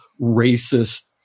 racist